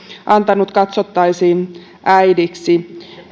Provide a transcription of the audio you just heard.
antanut katsottaisiin äidiksi